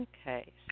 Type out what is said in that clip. Okay